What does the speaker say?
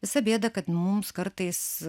visa bėda kad mums kartais